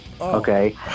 Okay